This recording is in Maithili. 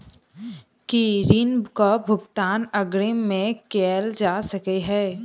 की ऋण कऽ भुगतान अग्रिम मे कैल जा सकै हय?